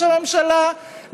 ראש הממשלה,